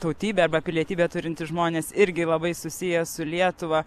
tautybę arba pilietybę turintys žmonės irgi labai susiję su lietuva